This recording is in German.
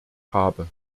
habe